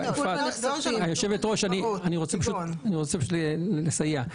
היושבת ראש, אני רוצה לסייע.